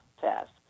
test